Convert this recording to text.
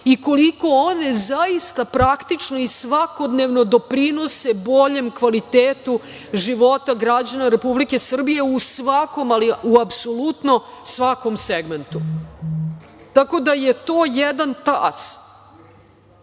i koliko one zaista praktično i svakodnevno doprinose boljem kvalitetu života građana Republike Srbije u svakom, ali u apsolutno svakom segmentu. Tako da, to je jedan talas.